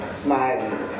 smiling